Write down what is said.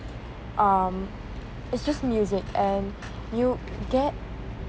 um it's just music and you get